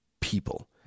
people